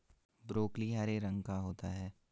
broccoli हरे रंग का होता है